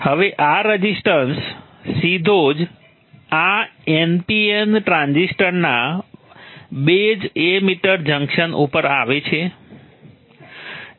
હવે આ રઝિસ્ટન્સ સીધો જ આ npn ટ્રાન્ઝિસ્ટરના બેઝ એમિટર જંકશન ઉપર આવે છે